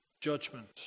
judgment